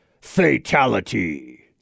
fatality